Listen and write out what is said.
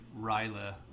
Ryla